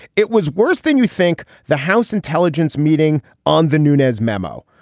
it was worse than you think. the house intelligence meeting on the nunez memo.